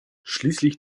schließlich